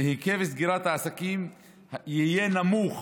והיקף סגירת העסקים יהיה נמוך